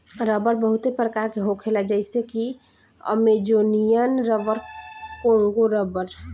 रबड़ बहुते प्रकार के होखेला जइसे कि अमेजोनियन रबर, कोंगो रबड़